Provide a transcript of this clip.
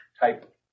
type